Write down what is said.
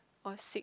or sick